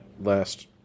last